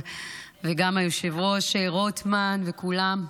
וגם היושב-ראש וכולם.